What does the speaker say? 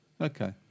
Okay